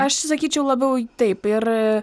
aš sakyčiau labiau taip ir